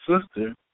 sister